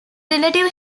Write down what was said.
relative